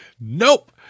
Nope